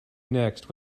next